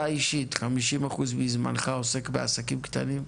אתה, אישית, 50% מהזמן עוסק בעסקים קטנים?